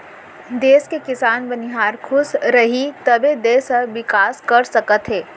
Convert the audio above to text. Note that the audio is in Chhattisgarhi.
देस के किसान, बनिहार खुस रहीं तभे देस ह बिकास कर सकत हे